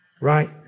right